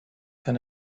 kann